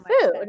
food